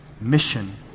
mission